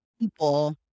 people